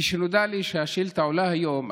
כשנודע לי שהשאילתה עולה היום,